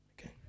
Okay